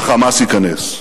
ה"חמאס" ייכנס.